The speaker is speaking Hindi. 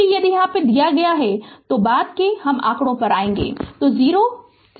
इसलिए यदि दिया गया है तो बाद में आंकड़े पर आएगा